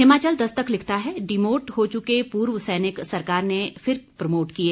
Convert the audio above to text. हिमाचल दस्तक लिखता है डिमोट हो चुके पूर्व सैनिक सरकार ने फिर प्रमोट किए